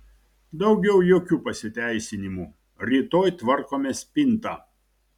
daugiau jokių pasiteisinimų rytoj tvarkome spintą